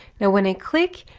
now, when i click,